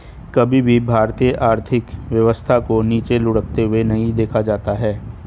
कभी भी भारतीय आर्थिक व्यवस्था को नीचे लुढ़कते हुए नहीं देखा जाता है